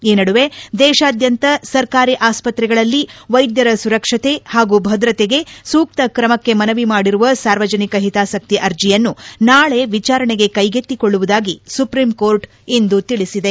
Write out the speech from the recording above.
ಈ ನಡುವೆ ದೇಶಾದ್ಯಂತ ಸರ್ಕಾರಿ ಆಸ್ಪತ್ರೆಗಳಲ್ಲಿ ವೈದ್ಯರ ಸುರಕ್ಷತೆ ಹಾಗೂ ಭದ್ರತೆಗೆ ಸೂಕ್ತ ತ್ರಮಕ್ಕೆ ಮನವಿ ಮಾಡಿರುವ ಸಾರ್ವಜನಿಕ ಹಿತಾಸಕ್ತಿ ಅರ್ಜಿಯನ್ನು ನಾಳೆ ವಿಚಾರಣೆಗೆ ಕೈಗೆತ್ತಿಕೊಳ್ಳುವುದಾಗಿ ಸುಪ್ರೀಂ ಕೋರ್ಟ್ ಇಂದು ತಿಳಿಸಿದೆ